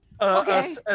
Okay